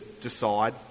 decide